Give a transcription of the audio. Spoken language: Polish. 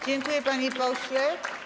Dziękuję, panie pośle.